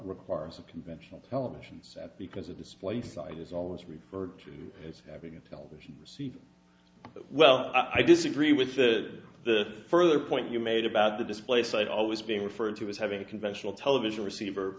requires a conventional television set because the display side is always referred to as having a television well i disagree with the the further point you made about the display site always being referred to as having a conventional television receiver